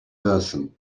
person